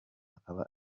akaba